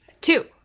Two